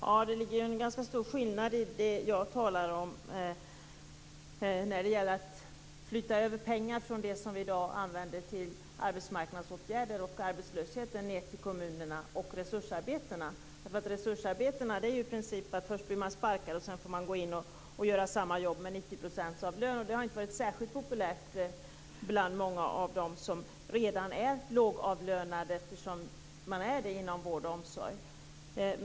Fru talman! Det är en ganska stor skillnad mellan det jag talar om, att flytta över de pengar som vi i dag använder till arbetsmarknadsåtgärder och arbetslösheten till kommunerna, och resursarbetena. Resursarbetena går i princip ut på att man först blir sparkad, och sedan får man gå in och göra samma jobb med 90 % av lönen. Det har inte varit särskilt populärt bland många av dem som redan är lågavlönade, eftersom man är det inom vård och omsorg.